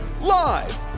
Live